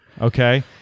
okay